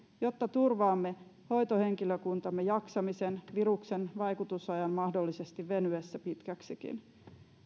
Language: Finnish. jotta turvaamme hoitohenkilökuntamme jaksamisen viruksen vaikutusajan mahdollisesti venyessä pitkäksikin